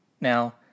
Now